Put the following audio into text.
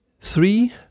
three